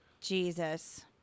Jesus